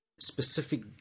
specific